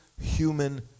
human